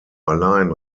allein